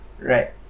right